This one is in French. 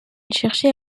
cherchait